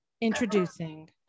Introducing